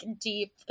deep